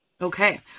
Okay